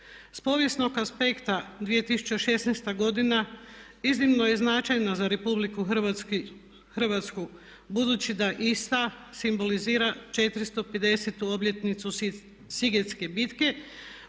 S povijesnog aspekta 2016. godina iznimno je značajna za RH budući da ista simbolizira 450. obljetnicu sigetske bitke